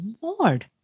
Lord